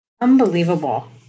Unbelievable